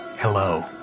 Hello